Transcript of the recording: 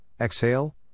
exhale